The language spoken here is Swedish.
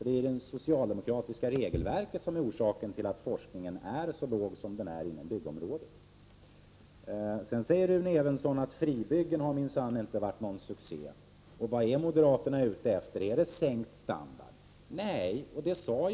Det är det socialdemokratiska regelverket som är orsaken till den låga nivån på forskningen inom byggområdet. Rune Evensson sade att fribyggena minsann inte har varit någon succé och frågade vad moderaterna är ute efter — är det sänkt standard? Nej, det är det inte.